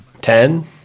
Ten